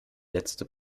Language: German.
letzte